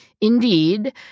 indeed